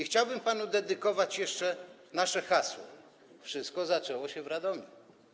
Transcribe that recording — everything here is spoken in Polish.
Chciałbym panu dedykować jeszcze nasze hasło: Wszystko zaczęło się w Radomiu.